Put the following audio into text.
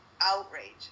outrage